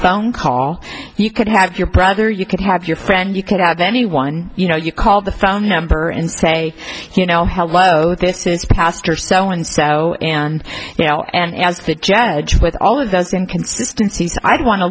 phone call you could have your brother you could have your friend you could have anyone you know you call the phone number and say you know hello this is pastor so and so and you know and as judge with all of those inconsistency i want to